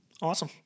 Awesome